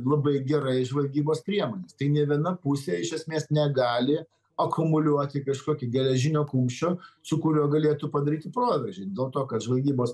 labai gerai žvalgybos priemonės tai nė viena pusė iš esmės negali akumuliuoti kažkokio geležinio kumščio su kuriuo galėtų padaryti proveržį dėl to kad žvalgybos